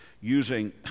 using